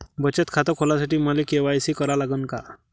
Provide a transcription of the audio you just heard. बचत खात खोलासाठी मले के.वाय.सी करा लागन का?